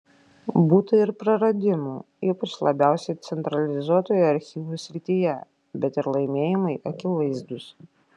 būta ir praradimų ypač labiausiai centralizuotoje archyvų srityje bet ir laimėjimai akivaizdūs